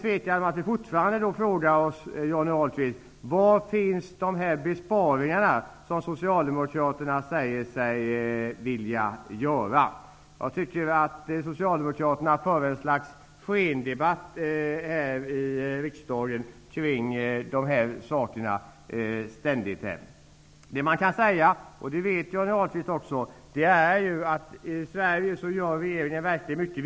Jag frågar fortfarande Johnny Ahlqvist var de besparingar som Socialdemokraterna säger sig vilja göra finns. Jag tycker att Socialdemokraterna ständigt för ett slags skendebatt kring dessa frågor här i riksdagen. I Sverige gör regeringen verkligen mycket -- det vet också Johnny Ahlqvist.